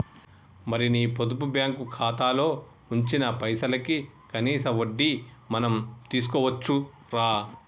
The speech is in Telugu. మరి నీ పొదుపు బ్యాంకు ఖాతాలో ఉంచిన పైసలకి కనీస వడ్డీ మనం తీసుకోవచ్చు రా